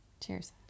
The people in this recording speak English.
cheers